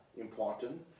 important